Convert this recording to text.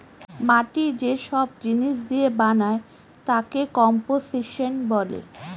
মাটি যে সব জিনিস দিয়ে বানায় তাকে কম্পোসিশন বলে